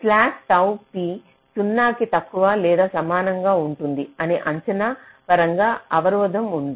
slack tau P 0 కి తక్కువ లేదా సమానంగా ఉంటుంది అనే అంచనా పరంగా అవరోధం ఉంది